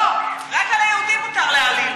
לא, רק על היהודים מותר להעליל.